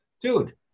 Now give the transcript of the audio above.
Dude